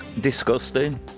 disgusting